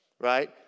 Right